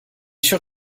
sûr